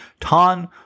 Tan